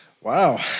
Wow